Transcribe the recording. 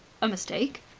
a mistake?